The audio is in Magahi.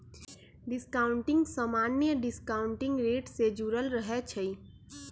डिस्काउंटिंग समान्य डिस्काउंटिंग रेट से जुरल रहै छइ